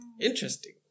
interesting